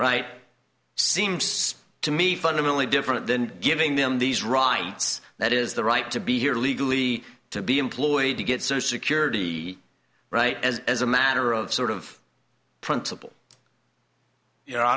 right seems to me fundamentally different than giving them these rights that is their right to be here legally to be employed to get social security right as as a matter of sort of principle y